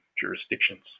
jurisdictions